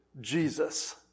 Jesus